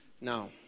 Now